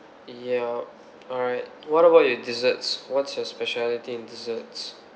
ya alright what about your desserts what's your specialty in desserts